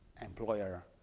employer